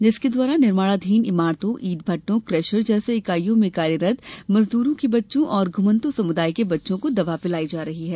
जिनके द्वारा निर्माणाधीन इमारतों ईंट भट्टो केशर जैसे इकाइयों मे कार्यरत मजदूरों के बच्चों और घुमन्तु समुदाय के बच्चों को दवा पिलाई जा रही है